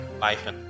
life